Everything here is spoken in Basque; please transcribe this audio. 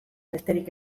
besterik